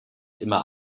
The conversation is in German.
immer